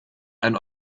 ein